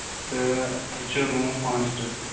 تہٕ تَتھ چھِ روٗم پانٛژھ ترٕٛہ